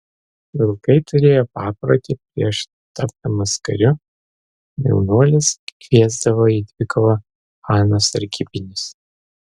vilkai turėjo paprotį prieš tapdamas kariu jaunuolis kviesdavo į dvikovą chano sargybinius